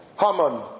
Haman